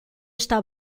está